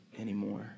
anymore